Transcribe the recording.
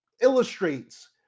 illustrates